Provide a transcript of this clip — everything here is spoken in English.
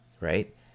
right